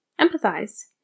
empathize